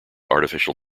artificial